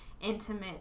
intimate